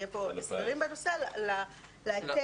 היו 15:00 21:00. מיד לאחר חקיקת החוק הייתה הוראת שעה